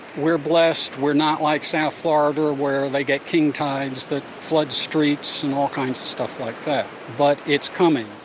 we're blessed we're not like south florida where they get king tides that flood streets and all kinds of stuff like that. but it's coming,